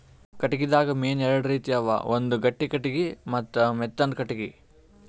ಕಟ್ಟಿಗಿದಾಗ್ ಮೇನ್ ಎರಡು ರೀತಿ ಅವ ಒಂದ್ ಗಟ್ಟಿ ಕಟ್ಟಿಗಿ ಮತ್ತ್ ಮೆತ್ತಾಂದು ಕಟ್ಟಿಗಿ